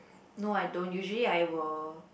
no I don't usually I will